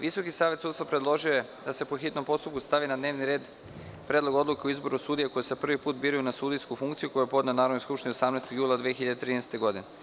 Visoki savet sudstva predložio je da se po hitnom postupku stavi na dnevni red Predlog odluke o izboru sudija koji se prvi put biraju na sudijsku funkciju, koji je podneo Narodnoj skupštini 18. jula 2013. godine.